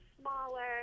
smaller